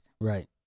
Right